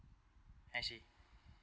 I see